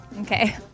Okay